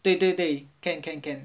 对对对 can can can